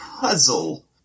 puzzle